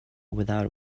without